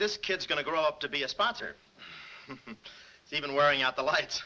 this kid's going to grow up to be a sponsor even wearing out the lights